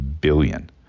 billion